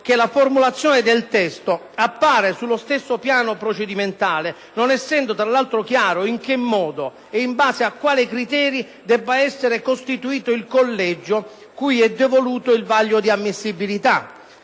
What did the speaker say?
la formulazione del testo apre sullo stesso piano procedimentale, non essendo tra l’altro chiaro in che modo e in base a quali criteri debba essere costituito il collegio cui e devoluto il vaglio di ammissibilita: